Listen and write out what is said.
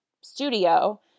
studio